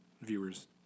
viewers